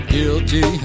Guilty